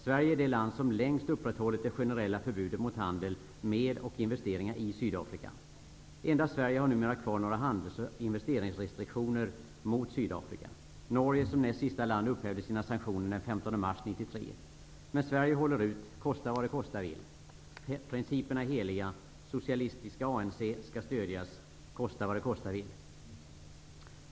Sverige är det land som längst upprätthållit det generella förbudet mot handel med och investeringar i Sydafrika. Endast Sverige har numera kvar några handels och investeringsrestriktioner mot Sydafrika. Norge upphävde som näst sista land sina sanktioner den 15 mars 1993. Men Sverige håller ut, kosta vad det kosta vill. Principerna är heliga. Socialistiska ANC skall stödjas, kosta vad det kosta vill.